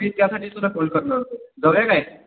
मी त्यासाठीच तुला फोन करणार होतो जाऊया काय